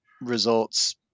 results